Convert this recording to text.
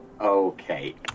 Okay